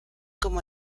como